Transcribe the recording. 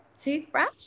Toothbrush